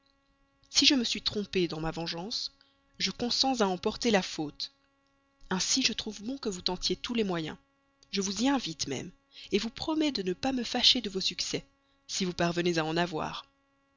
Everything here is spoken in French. si je me suis trompée dans ma vengeance je consens à en porter la faute ainsi vicomte je trouve bon que vous tentiez tous les moyens je vous y invite même vous promets de ne pas me fâcher de vos succès si vous parvenez à en avoir